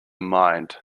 mind